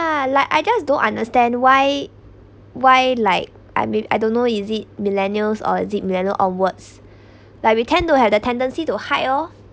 ya like I just don't understand why why like I me~ I don't know is it millennials or is it millennials onwards like we tend to have the tendency to hide oh